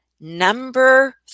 Number